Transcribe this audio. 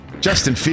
Justin